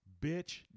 Bitch